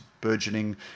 burgeoning